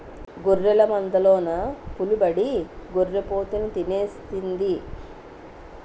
గొర్రెల మందలోన పులిబడి గొర్రి పోతుని తినేసింది